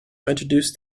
introduced